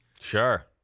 Sure